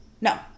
no